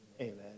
amen